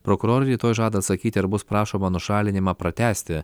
prokurorai rytoj žada atsakyti ar bus prašoma nušalinimą pratęsti